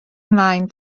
ymlaen